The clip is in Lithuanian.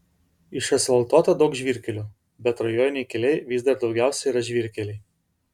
išasfaltuota daug žvyrkelių bet rajoniniai keliai vis dar daugiausiai yra žvyrkeliai